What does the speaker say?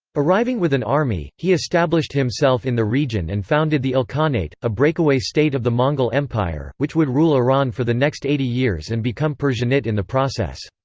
arriving with an army, he established himself in the region and founded the ilkhanate, a breakaway state of the mongol empire, which would rule iran for the next eighty years and become persianate in the process.